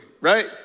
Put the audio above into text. right